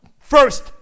first